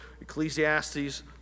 Ecclesiastes